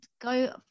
go